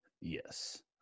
Yes